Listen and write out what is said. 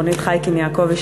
רונית חייקין יעקבי,